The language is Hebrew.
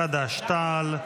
חד"ש-תע"ל,